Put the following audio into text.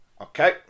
Okay